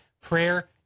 prayer